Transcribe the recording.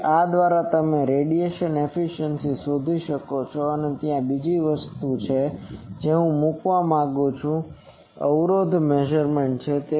તેથી આ દ્વારા તમે રેડિયેશન એફીસીયન્સી શોધી શકો છો અને ત્યાં એક બીજી વસ્તુ છે જે હું કહેવા માંગું છું તે અવરોધ મેઝરમેન્ટ છે